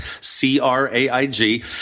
C-R-A-I-G